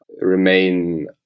remain